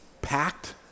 packed